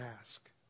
ask